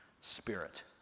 Spirit